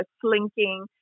slinking